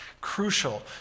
crucial